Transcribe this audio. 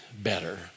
better